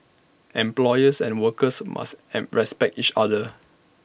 employers and workers must am respect each other